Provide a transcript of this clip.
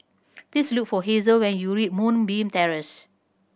please look for Hazel when you reach Moonbeam Terrace